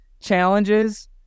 challenges